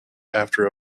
after